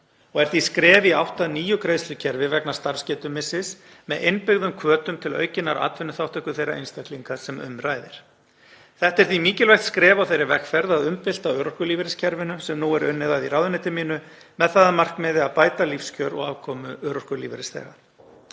og er því skref í átt að nýju greiðslukerfi vegna starfsgetumissis með innbyggðum hvötum til aukinnar atvinnuþátttöku þeirra einstaklinga sem um ræðir. Þetta er því mikilvægt skref á þeirri vegferð að umbylta örorkulífeyriskerfinu sem nú er unnið að í ráðuneyti mínu, með það að markmiði að bæta lífskjör og afkomu örorkulífeyrisþega.